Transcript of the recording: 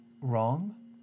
wrong